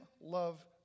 love